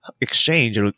exchange